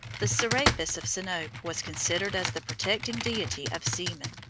the serapis of sinope was considered as the protecting deity of seamen,